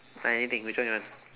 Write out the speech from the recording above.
I anything which one you want